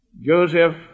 Joseph